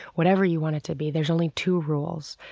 whatever you want it to be. there's only two rules.